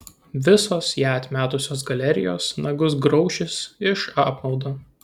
visos ją atmetusios galerijos nagus graušis iš apmaudo